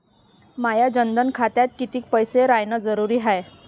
माया जनधन खात्यात कितीक पैसे रायन जरुरी हाय?